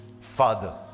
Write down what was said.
father